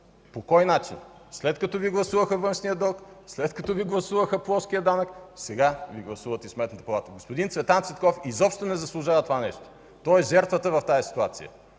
По кой начин? След като Ви гласуваха външния дълг, след като Ви гласуваха плоския данък – сега Ви гласуват и Сметна палата! Господин Цветан Цветков изобщо не заслужава това нещо. Той е жертвата в тази ситуация.